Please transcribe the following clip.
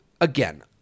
Again